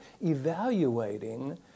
evaluating